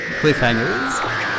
cliffhangers